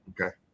Okay